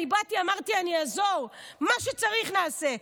אני באתי, אמרתי: אני אעזור, מה שצריך נעשה.